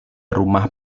rumah